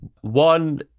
One